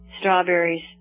Strawberries